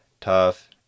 tough